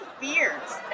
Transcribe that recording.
beards